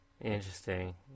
Interesting